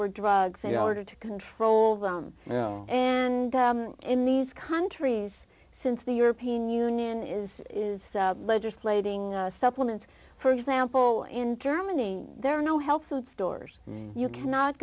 were drugs and order to control them and in these countries since the european union is is legislating supplements for example in germany there are no health food stores and you cannot